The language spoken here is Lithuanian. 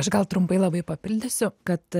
aš gal trumpai labai papildysiu kad